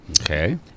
Okay